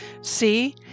See